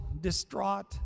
distraught